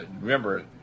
remember